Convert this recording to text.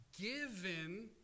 given